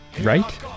right